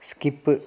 skip